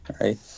right